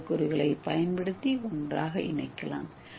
ஏ மூலக்கூறுகளையும் பயன்படுத்தி ஒன்றாக இணைக்கலாம்